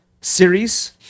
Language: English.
series